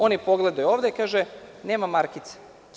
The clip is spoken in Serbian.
Oni pogledaju ovde i kažu: „Nema markice.